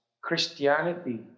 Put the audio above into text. Christianity